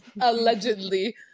Allegedly